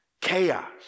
chaos